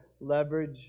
leverage